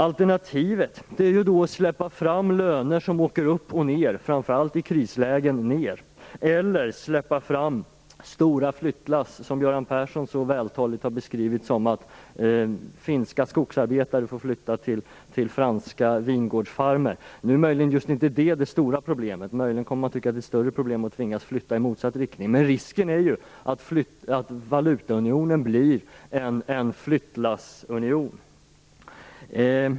Alternativet är att släppa fram att löner åker upp och ned, framför allt ned i krislägen, eller att släppa fram stora flyttlass - Göran Persson har ju så vältaligt beskrivit finska skogsarbetare som får flytta till franska vingårdsfarmar. Nu är inte just detta det stora problemet. Möjligen kommer man att tycka att det är ett större problem att tvingas flytta i motsatt riktning. Men risken är ju att valutaunionen blir en flyttlassunion.